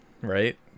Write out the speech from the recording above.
Right